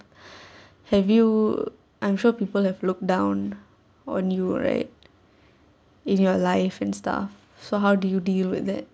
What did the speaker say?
have you I'm sure people have looked down on you right in your life and stuff so how do you deal with it